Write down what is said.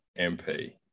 MP